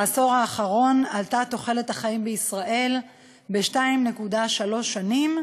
בעשור האחרון עלתה תוחלת החיים בישראל ב-2.3 שנים,